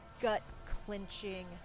gut-clenching